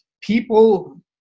people